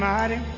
Mighty